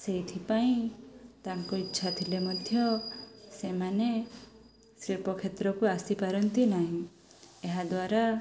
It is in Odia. ସେଇଥିପାଇଁ ତାଙ୍କୁ ଇଚ୍ଛା ଥିଲେ ମଧ୍ୟ ସେମାନେ ଶିଳ୍ପକ୍ଷେତ୍ରକୁ ଆସିପାରନ୍ତି ନାହିଁ ଏହାଦ୍ୱାରା